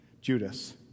Judas